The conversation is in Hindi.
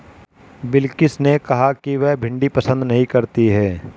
बिलकिश ने कहा कि वह भिंडी पसंद नही करती है